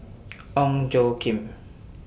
Ong Tjoe Kim